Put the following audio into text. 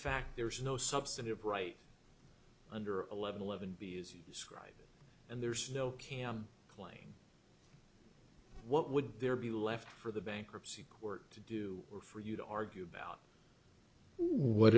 fact there is no substantive right under eleven eleven b as you describe and there's no can claim what would there be left for the bankruptcy court to do or for you to argue about what